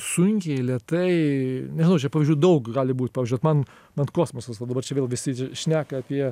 sunkiai lėtai nežinau čia pavyzdžių daug gali būt pavyzdžiui vat man man kosmosas va dabar čia vėl visi šneka apie